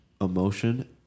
emotion